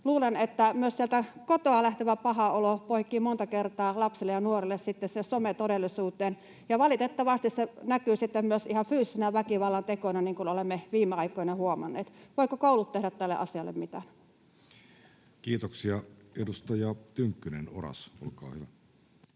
Luulen, että myös sieltä kotoa lähtevä paha olo poikii monta kertaa lapsille ja nuorille sitten sinne sometodellisuuteen, ja valitettavasti se näkyy sitten myös ihan fyysisinä väkivallantekoina, niin kuin olemme viime aikoina huomanneet. Voivatko koulut tehdä tälle asialle mitään? Kiitoksia. — Edustaja Tynkkynen, Oras, olkaa hyvä.